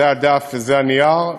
זה הדף וזה הנייר.